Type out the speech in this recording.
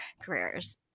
careers